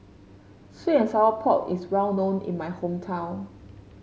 sweet and Sour Pork is well known in my hometown